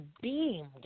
beamed